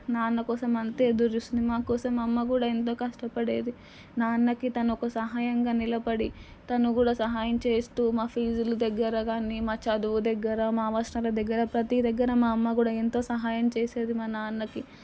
నాన్న కోసం అంతే ఎదురుచూస్తుంది మాకోసం అమ్మ కూడా ఎంతో కష్టపడేది నాన్నకి తను ఒక సహాయంగా నిలబడి తను కూడా సహాయం చేస్తూ మా ఫీజుల దగ్గర కానీ మా చదువు దగ్గర మా అవసరాల దగ్గర ప్రతీ దగ్గర మా అమ్మ కూడా ఎంతో సహాయం చేసేది మా నాన్నకి